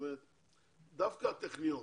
דווקא הטכניון,